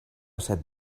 set